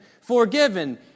Forgiven